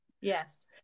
yes